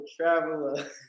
traveler